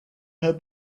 her